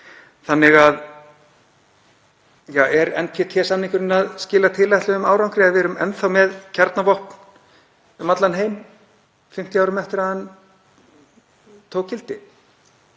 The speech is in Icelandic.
Þannig að: Er NPT-samningurinn að skila tilætluðum árangri ef við erum enn með kjarnavopn um allan heim 50 árum eftir að hann tók gildi?